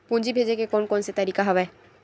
पूंजी भेजे के कोन कोन से तरीका हवय?